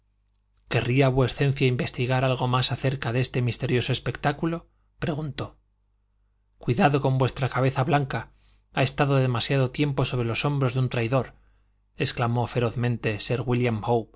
querría vuecencia investigar algo más acerca de este misterioso espectáculo preguntó cuidado con vuestra cabeza blanca ha estado demasiado tiempo sobre los hombros de un traidor exclamó ferozmente sir wílliam